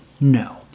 No